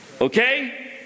okay